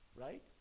Right